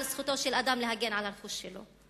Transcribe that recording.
על זכותו של אדם להגן על הרכוש שלו.